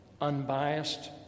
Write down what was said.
unbiased